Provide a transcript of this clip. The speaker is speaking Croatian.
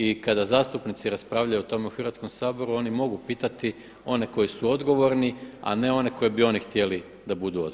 I kada zastupnici raspravljaju o tome u Hrvatskom saboru oni mogu pitati one koji su odgovorni, a ne one koje bi oni htjeli da budu odgovorni.